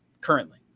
currently